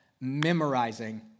memorizing